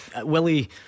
Willie